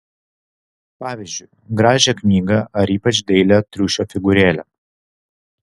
pavyzdžiui gražią knygą ar ypač dailią triušio figūrėlę